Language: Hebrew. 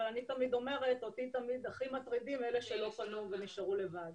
אבל אני תמיד אומרת שאותי הכי מטרידים אלה שלא פנו ונשארו לבד.